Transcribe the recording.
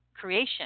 creation